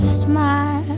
smile